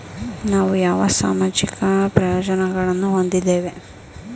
ನಾವು ಯಾವ ಸಾಮಾಜಿಕ ಪ್ರಯೋಜನಗಳನ್ನು ಹೊಂದಿದ್ದೇವೆ?